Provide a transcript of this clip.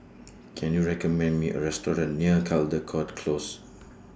Can YOU recommend Me A Restaurant near Caldecott Close